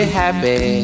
happy